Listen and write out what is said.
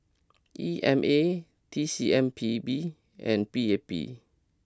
E M A T C M P B and P A P